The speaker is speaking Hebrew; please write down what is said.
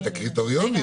ואת הקריטריונים.